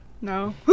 No